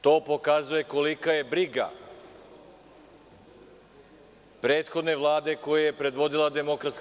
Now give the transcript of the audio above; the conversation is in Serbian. To pokazuje kolika je briga prethodne Vlade koju je predvodila DS.